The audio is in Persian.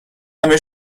همه